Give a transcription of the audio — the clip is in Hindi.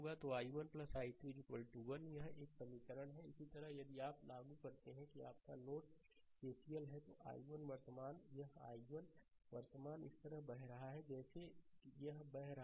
तो i1 i2 1 यह एक समीकरण है इसी तरह यदि आप यहां लागू करते हैं कि आपका यह नोड केसीएल है तो i1 वर्तमान यह i1 वर्तमान इस तरह बह रहा है जैसे यह बह रहा है